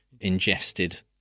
ingested